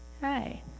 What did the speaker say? Hi